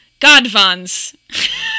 Godvans